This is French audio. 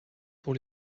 pour